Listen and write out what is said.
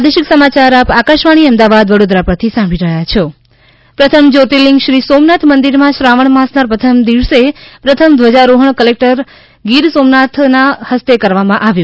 શ્રાવણ પુજા પ્રથમ જ્યોતિર્લિંગ શ્રી સોમનાથ મંદિરમાંશ્રાવણ માસના પ્રથમ દિવસે પ્રથમ ઘ્વજારોહણ કલેક્ટર ગીર સોમનાથ ના ફસ્તે કરવામાંઆવ્યું